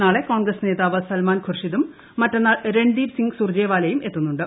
നാളെ കോൺഗ്രസ് നേതാവ് സൽമാൻ ഖുർഷിദും മറ്റന്നാൾ രൺദീപ് സിങ്ങ് സുർജേവാലയും എത്തുന്നുണ്ട്